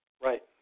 Right